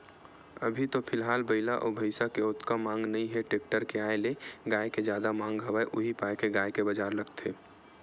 अभी तो फिलहाल बइला अउ भइसा के ओतका मांग नइ हे टेक्टर के आय ले गाय के जादा मांग हवय उही पाय के गाय के बजार लगथे